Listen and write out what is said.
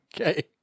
Okay